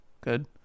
Good